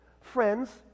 Friends